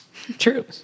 True